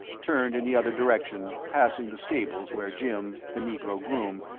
turned in the other direction, passing the stables where jim, the negro groom,